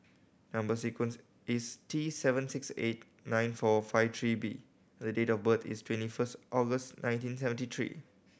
number sequence is T seven six eight nine four five three B the date of birth is twenty first August nineteen seventy three